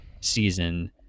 season